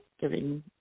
giving